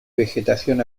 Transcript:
vegetación